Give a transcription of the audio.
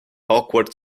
awkward